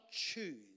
choose